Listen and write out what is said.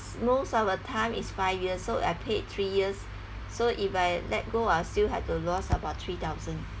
most of the time it's five years so I paid three years so if I let go I'll still have to lost about three thousand